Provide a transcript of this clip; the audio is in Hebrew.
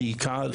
ובעיקר,